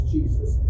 Jesus